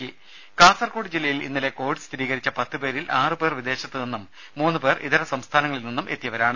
ദേദ കാസർകോട് ജില്ലയിൽ ഇന്നലെ കോവിഡ് സ്ഥിരീകരിച്ച പത്തു പേരിൽ ആറു പേർ വിദേശത്ത് നിന്നും മൂന്നു പേർ ഇതര സംസ്ഥാനങ്ങളിൽ നിന്നും വന്നവരാണ്